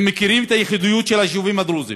הם מכירים את הייחודיות של היישובים הדרוזיים,